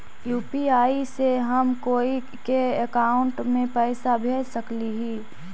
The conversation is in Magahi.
यु.पी.आई से हम कोई के अकाउंट में पैसा भेज सकली ही?